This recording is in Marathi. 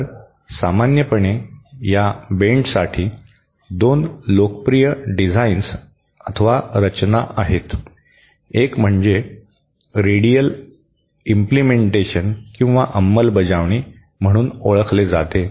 तर सामान्यपणे या बेंडसाठी 2 लोकप्रिय डिझाईन्स आहेत एक म्हणजे रेडियल अंमलबजावणी म्हणून ओळखले जाते